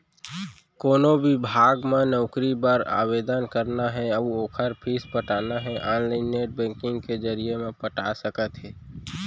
कोनो बिभाग म नउकरी बर आवेदन करना हे अउ ओखर फीस पटाना हे ऑनलाईन नेट बैंकिंग के जरिए म पटा सकत हे